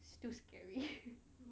still scary